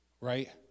right